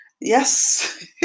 Yes